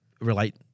relate